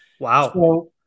Wow